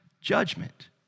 judgment